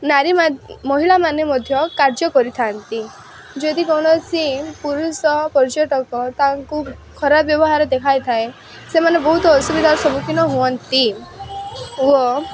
ନାରୀ ମହିଳା ମଧ୍ୟ କାର୍ଯ୍ୟ କରିଥାନ୍ତି ଯଦି କୌଣସି ପୁରୁଷ ପର୍ଯ୍ୟଟକ ତାଙ୍କୁ ଖରାପ ବ୍ୟବହାର ଦେଖାଇଥାଏ ସେମାନେ ବହୁତ ଅସୁବିଧାର ସମ୍ମୁଖୀନ ହୁଅନ୍ତି ଓ